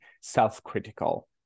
self-critical